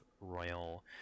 royal